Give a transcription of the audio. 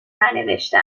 ننوشته